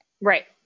Right